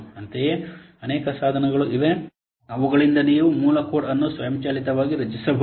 ಅಂತೆಯೇ ಅನೇಕ ಸಾಧನಗಳು ಇವೆ ಅವುಗಳಿಂದ ನೀವು ಮೂಲ ಕೋಡ್ ಅನ್ನು ಸ್ವಯಂಚಾಲಿತವಾಗಿ ರಚಿಸಬಹುದು